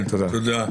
תודה.